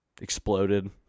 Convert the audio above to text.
exploded